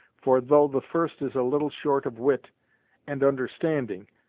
for though the first is a little short of wit and understanding,